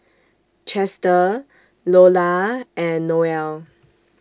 Chester Lola and Noel